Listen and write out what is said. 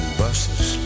buses